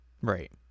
Right